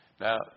Now